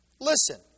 listen